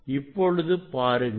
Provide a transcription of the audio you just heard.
இப்பொழுது பாருங்கள்